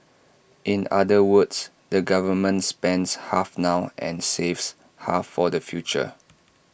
in other words the government spends half now and saves half for the future